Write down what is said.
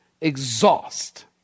exhaust